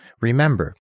Remember